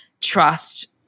trust